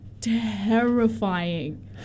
terrifying